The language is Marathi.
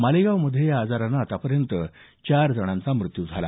मालेगावमध्ये या आजारानं आतापर्यंत चार जणांचा मृत्यू झाला